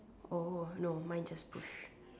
oh no mine just push